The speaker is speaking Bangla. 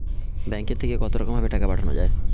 ব্যাঙ্কের থেকে কতরকম ভাবে টাকা পাঠানো য়ায়?